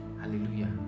Hallelujah